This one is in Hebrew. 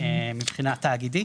מבחינה תאגידית,